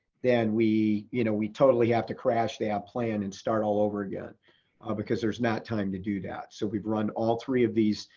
then we you know we totally have to crash that ah plan and start all over again ah because there's not time to do that. so we've run all three of these,